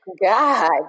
God